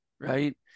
right